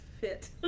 fit